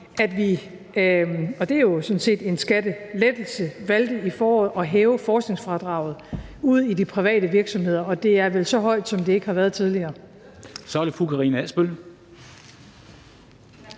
det er jo sådan set en skattelettelse – at vi i foråret valgte at hæve forskningsfradraget ude i de private virksomheder, og det er vel nu så højt, som det ikke har været tidligere.